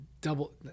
double